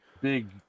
big